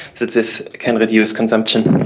that this can reduce consumption.